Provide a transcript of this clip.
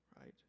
right